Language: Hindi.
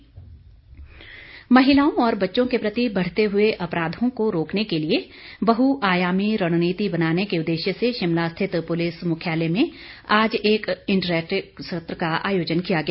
पुलिस महिलाओं और बच्चों के प्रति बढ़ते हुए अपराधों को रोकने के लिए बहु आयामी रणनीति बनाने के उद्देश्य से शिमला रिथित पुलिस मुख्यालय में आज एक इंटरेक्टिव सत्र का आयोजन किया गया